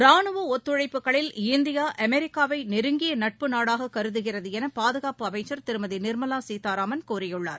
ராணுவ ஒத்துழைப்புகளில் இந்தியா அமெரிக்காவை நெருங்கிய நட்பு நாடாக கருதுகிறது என பாதுகாப்பு அமைச்சர் திருமதி நிர்மலா சீதாராமன் கூறியுள்ளார்